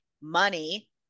money